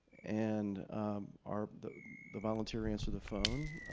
and our the the volunteer answered the phone,